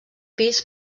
pis